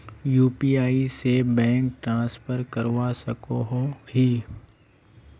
UPI से bank transfer करवा सकोहो ही?